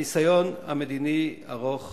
הניסיון המדיני ארוך